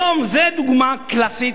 היום באמת זו דוגמה קלאסית,